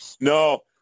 No